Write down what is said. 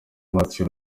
matthew